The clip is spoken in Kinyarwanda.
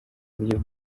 buryo